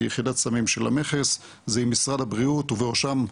כיחידת סמים של המכס זה עם משרד הבריאות ובראשם,